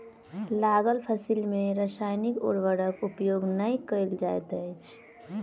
लागल फसिल में रासायनिक उर्वरक उपयोग नै कयल जाइत अछि